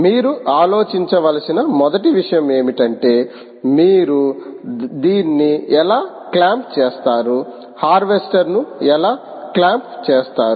మీరు ఆలోచించవలసిన మొదటి విషయం ఏమిటంటే మీరు దీన్ని ఎలా క్లాంప్ చేస్తారు హార్వెస్టర్ ను ఎలా క్లాంప్ చేస్తారు